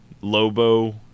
Lobo